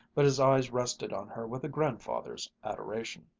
but his eyes rested on her with a grandfather's adoration.